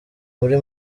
muri